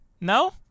No